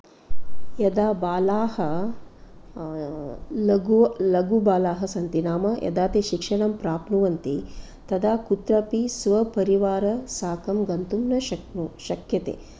यदा बालाः लघु लघुबालाः सन्ति नाम यदा ते शिक्षणं प्राप्नुवन्ति तदा कुत्रापि स्वपरिवार साकं गन्तुं न न शक्यते